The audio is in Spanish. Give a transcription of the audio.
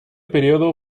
período